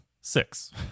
six